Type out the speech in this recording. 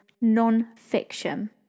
non-fiction